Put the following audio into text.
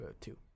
Two